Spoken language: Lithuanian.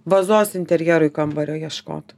vazos interjerui kambario ieškot